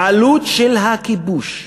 בעלות של הכיבוש.